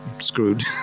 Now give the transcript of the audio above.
screwed